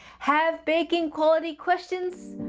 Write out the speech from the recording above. have baking quality questions?